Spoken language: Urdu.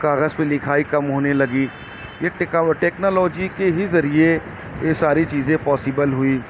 کاغذ پہ لکھائی کم ہونے لگی یہ ٹیکاوٹے ٹیکنالوجی کے ہی ذریعے یہ ساری چیزیں پاسیبل ہوئی